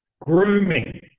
Grooming